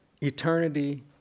eternity